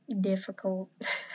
difficult